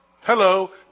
hello